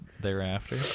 thereafter